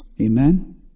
Amen